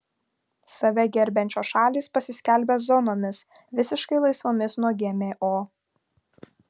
save gerbiančios šalys pasiskelbė zonomis visiškai laisvomis nuo gmo